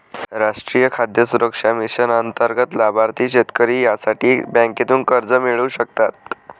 राष्ट्रीय खाद्य सुरक्षा मिशन अंतर्गत लाभार्थी शेतकरी यासाठी बँकेतून कर्ज मिळवू शकता